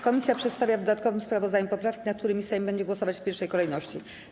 Komisja przedstawia w dodatkowym sprawozdaniu poprawki, nad którymi Sejm będzie głosować w pierwszej kolejności.